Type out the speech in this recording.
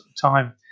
time